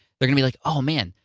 they're gonna be like, oh man,